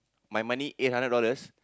my money eight hundred dollars